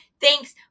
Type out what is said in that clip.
Thanks